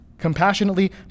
compassionately